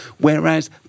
Whereas